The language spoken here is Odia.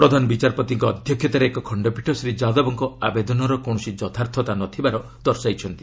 ପ୍ରଧାନ ବିଚାରପତିଙ୍କ ଅଧ୍ୟକ୍ଷତାରେ ଏକ ଖଶ୍ତପୀଠ ଶ୍ରୀ ଯାଦବଙ୍କ ଆବେଦନର କୌଣସି ଯଥାର୍ଥତା ନଥିବାର ଦର୍ଶାଇଛନ୍ତି